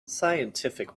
scientific